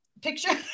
picture